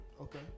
Okay